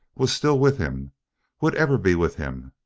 was still with him would ever be with him,